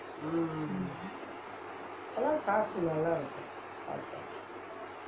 mm